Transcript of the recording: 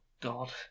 god